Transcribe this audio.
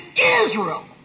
Israel